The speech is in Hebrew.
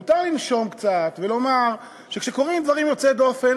מותר לנשום קצת ולומר שכאשר קורים דברים יוצאי דופן,